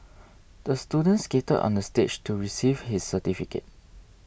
the student skated onto the stage to receive his certificate